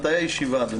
אני